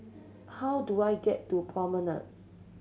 how do I get to Promenade